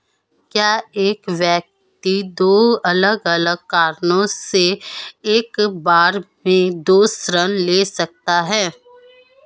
क्या एक व्यक्ति दो अलग अलग कारणों से एक बार में दो ऋण ले सकता है?